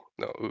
no